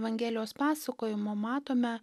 evangelijos pasakojimo matome